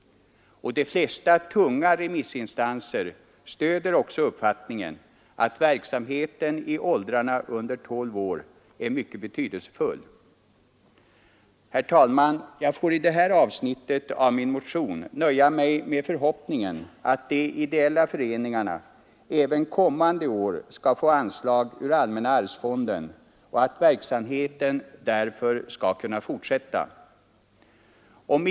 De flesta tunga remissinstanser stöder också uppfattningen att verksamheten i åldrarna under 12 år är mycket betydelsefull. Herr talman! Jag får beträffande detta avsnitt av motionen nöja mig med förhoppningen att de idella föreningarna även kommande år skall få anslag ur allmänna arvsfonden och att verksamheten därför skall kunna fortsätta.